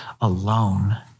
alone